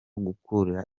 gukura